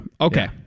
Okay